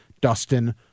Dustin